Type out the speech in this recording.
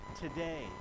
today